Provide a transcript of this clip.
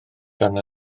dan